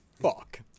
fuck